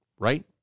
right